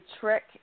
trick